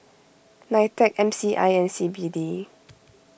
Nitec M C I and C B D